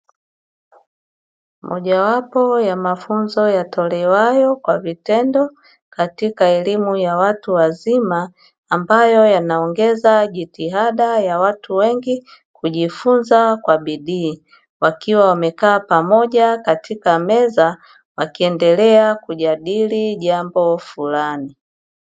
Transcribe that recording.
Mojawapo ya mafunzo yatolewayo kwa vitendo katika elimu ya watu wazima ambayo yanaongeza jitihada ya watu wengi kujifunza kwa bidii, wakiwa wamekaa pamoja katika meza wakiendelea kujadili jambo fulani.